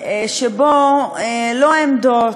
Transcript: שבו לא עמדות,